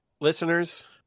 Listeners